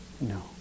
No